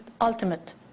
ultimate